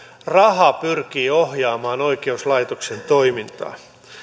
raha pyrkii ohjaamaan oikeuslaitoksen toimintaa